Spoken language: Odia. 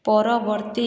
ପରବର୍ତ୍ତୀ